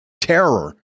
terror